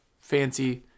fancy